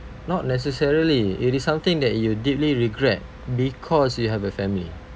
not necessarily it is something that you deeply regret because you have a family